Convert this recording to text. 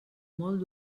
molt